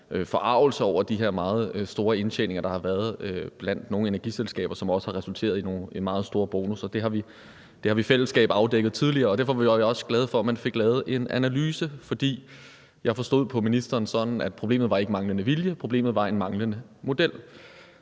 forargelse over de her meget store indtjeninger, der har været blandt nogle energiselskaber, og som også har resulteret i meget store bonusser. Det har vi i fællesskab afdækket tidligere, og derfor er vi også glade for, at man fik lavet en analyse. For jeg forstod det sådan på ministeren, at problemet ikke var manglende vilje, men at problemet var en manglende model.